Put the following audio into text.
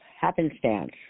happenstance